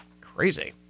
Crazy